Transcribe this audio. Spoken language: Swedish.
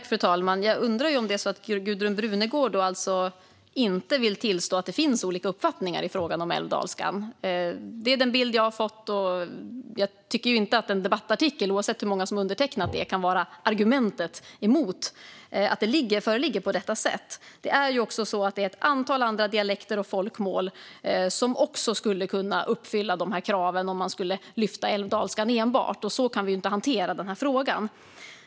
Fru talman! Jag undrar om Gudrun Brunegård alltså inte vill tillstå att det finns olika uppfattningar i frågan om älvdalskan. Det är den bild som jag har fått. Jag tycker inte att en debattartikel, oavsett hur många som har undertecknat den, kan vara ett argument mot att det är på detta sätt. Det finns ett antal andra dialekter och folkmål som också skulle kunna uppfylla dessa krav, om man skulle lyfta fram enbart älvdalskan. Och så kan vi inte hantera denna fråga.